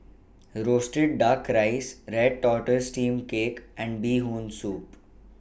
Roasted Duck Rice Red Tortoise Steamed Cake and Bee Hoon Soup